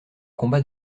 combat